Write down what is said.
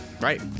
Right